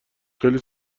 خیلی